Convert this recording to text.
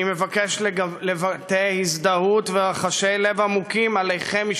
אני מבקש לבטא הזדהות ורחשי לב עמוקים אליכן,